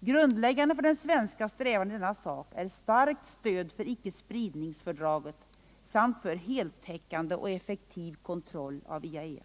Grundläggande för våra svenska strävanden i denna sak är ett starkt stöd för icke-spridningsfördraget samt för heltäckande och effektiv kontroll av IAEA.